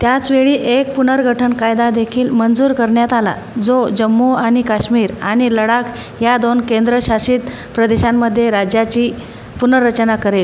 त्याच वेळी एक पुनर्गठन कायदा देखील मंजूर करण्यात आला जो जम्मू आणि काश्मीर आणि लडाख या दोन केंद्रशासित प्रदेशांमध्ये राज्याची पुनर्रचना करेल